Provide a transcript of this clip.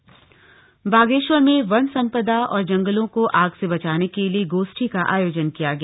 वनों की आग बागेश्वर में वन संपदा और जंगलों को आग से बचाने के लिए गोष्ठी का आयोजन किया गया